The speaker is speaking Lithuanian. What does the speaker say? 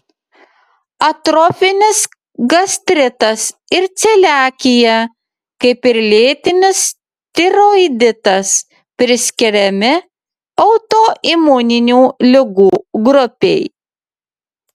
atrofinis gastritas ir celiakija kaip ir lėtinis tiroiditas priskiriami autoimuninių ligų grupei